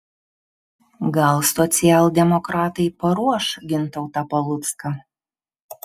gal socialdemokratai paruoš gintautą palucką